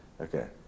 Okay